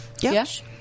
Yes